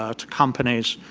ah to companies,